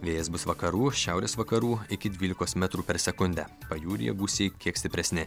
vėjas bus vakarų šiaurės vakarų iki dvylikos metrų per sekundę pajūryje gūsiai kiek stipresni